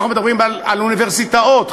אנחנו מדברים על אוניברסיטאות,